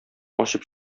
ачып